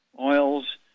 oils